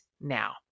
now